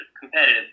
competitive